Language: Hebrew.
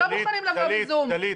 לא מוכנים לבוא ב"זום".